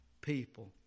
people